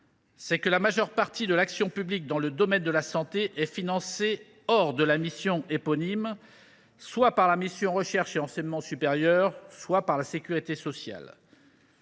mesure où la majeure partie de l’action publique dans le domaine de la santé est soutenue hors de la mission éponyme, soit par la mission « Recherche et enseignement supérieur », soit par la sécurité sociale.